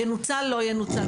ינוצל לא ינוצל,